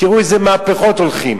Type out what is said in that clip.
תראו איזה מהפכות הולכות.